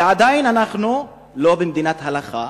ועדיין אנחנו לא במדינת הלכה.